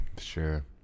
Sure